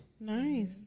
Nice